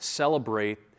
celebrate